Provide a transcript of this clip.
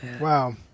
Wow